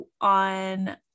on